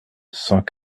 cent